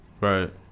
Right